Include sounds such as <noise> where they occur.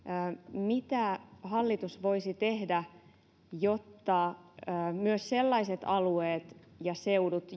mitä hallitus voisi tehdä jotta myös sellaiset alueet ja seudut <unintelligible>